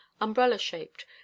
Umbrella-shaped